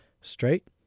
Straight